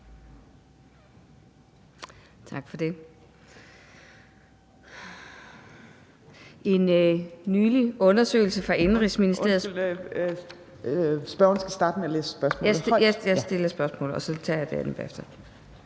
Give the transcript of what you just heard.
Tak for det.